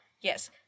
Yes